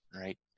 right